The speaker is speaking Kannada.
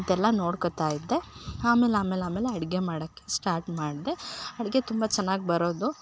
ಅಂತೆಲ್ಲ ನೋಡ್ಕೋತಾ ಇದ್ದೆ ಆಮೇಲೆ ಆಮೇಲೆ ಆಮೇಲೆ ಅಡುಗೆ ಮಾಡೋಕ್ ಸ್ಟಾರ್ಟ್ ಮಾಡಿದೆ ಅಡುಗೆ ತುಂಬ ಚೆನ್ನಾಗ್ ಬರೋದು